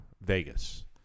Vegas